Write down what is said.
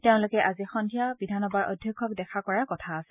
তেওঁলোকে আজি সন্ধিয়া বিধানসভাৰ অধ্যক্ষক দেখা কৰাৰ কথা আছে